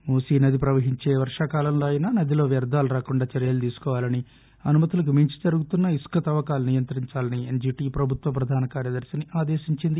మూసినది ప్రవహించే వర్షాకాలంలో అయినా నదిలో వ్యర్ణాలు రాకుండా చర్యలు తీసుకోవాలని అనుమతులకు మించి జరుగుతున్న ఇసుక తవ్వకాలను నియంత్రిందాలని ఎన్షీటీ ప్రభుత్వ ప్రధాన కార్యదర్తిని ఆదేశించింది